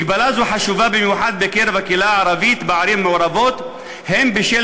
הגבלה זו חשובה במיוחד בקרב הקהילה הערבית בערים המעורבות הן בשל